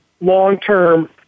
long-term